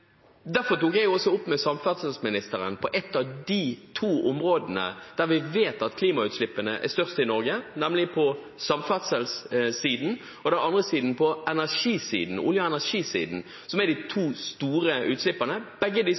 Derfor tok jeg opp med samferdselsministeren de to områdene der vi vet at klimautslippene er størst i Norge, nemlig på samferdselssiden og på den andre siden olje- og energisiden – som er de to store utslipperne. Begge disse